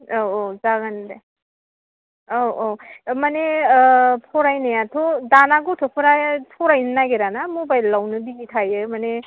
औ औ जागोन दे औ औ माने फरायनायाथ' दानिया गथ'फोरा फरायनो नागिराना मबाइलावनो बिजि थायो माने